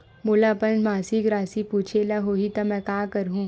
मोला अपन मासिक राशि पूछे ल होही त मैं का करहु?